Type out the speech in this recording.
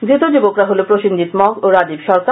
ধৃত যুবকরা হলো প্রসেনজিৎ মগ ও রাজীব সরকার